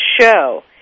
show